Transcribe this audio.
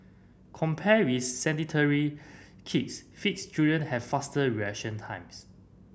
compared with sedentary kids fits children have faster reaction times